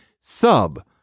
sub